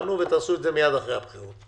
תתפנו ותעשו את זה מיד אחרי הבחירות,